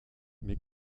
mais